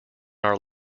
our